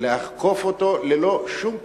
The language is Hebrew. לאכוף אותו ללא שום פשרות.